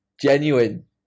Genuine